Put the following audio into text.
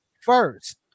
First